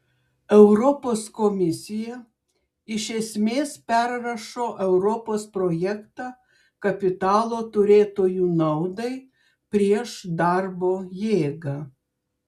europos komisija iš esmės perrašo europos projektą kapitalo turėtojų naudai prieš darbo jėgą